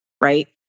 right